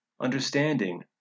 understanding